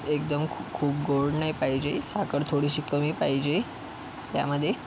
स एकदम ख खूप गोड नाही पाहिजे साखर थोडीशी कमी पाहिजे त्यामध्ये